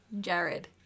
Jared